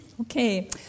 Okay